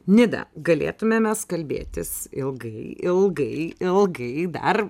nidą galėtumėm mes kalbėtis ilgai ilgai ilgai dar